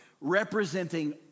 representing